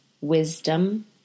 wisdom